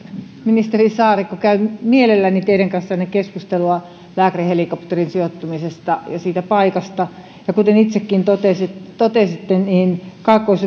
ministeri saarikko käyn mielelläni teidän kanssanne keskustelua lääkärihelikopterin sijoittumisesta ja siitä paikasta ja kuten itsekin totesitte kaakkois